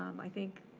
um i think